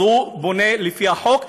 אז הוא בונה לפי החוק,